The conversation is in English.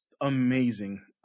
amazing